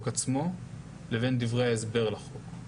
דווקא